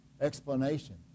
explanation